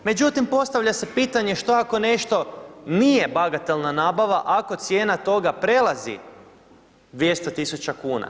Međutim, postavlja se pitanje, što ako nešto nije bagatelna nabava, ako cijena toga prelazi 200 tisuća kuna.